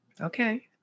Okay